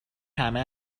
همه